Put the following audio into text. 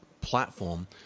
platform